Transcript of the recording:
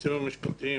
היועצים המשפטיים